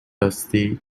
dusty